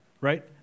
right